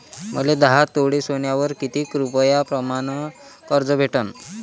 मले दहा तोळे सोन्यावर कितीक रुपया प्रमाण कर्ज भेटन?